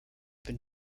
been